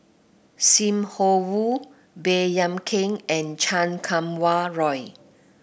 Sim Wong Hoo Baey Yam Keng and Chan Kum Wah Roy